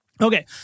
Okay